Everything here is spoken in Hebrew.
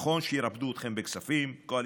נכון שירפדו אתכם בכספים קואליציוניים,